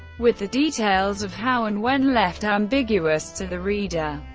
with the details of how and when left ambiguous to the reader.